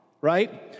right